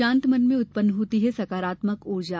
शांत मन में उत्पन्न होती है सकारात्मक ऊर्जा